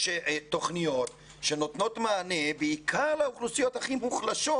יש תוכניות שנותנות מענה בעיקר לאוכלוסיות הכי מוחלשות,